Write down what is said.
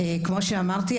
כמו שאמרתי,